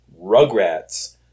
Rugrats